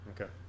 Okay